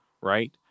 right